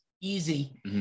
easy